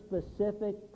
specific